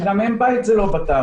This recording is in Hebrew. שגם אם בית זה לא בתעריף.